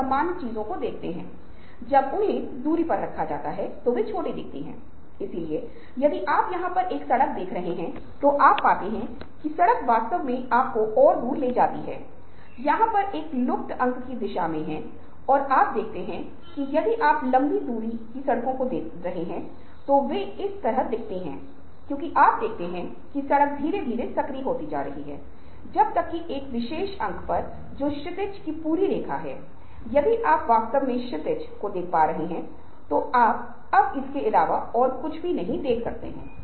और सामान्य लोगों की धारणा यह है कि रचनात्मक लोग सक्षम आत्मविश्वास चतुर बुद्धिमान अहंकारी विनोदी अनौपचारिक व्यक्तिपरक व्यावहारिक चिंतनशील साधन संपन्न और कमोतेजक सेक्सी होते हैं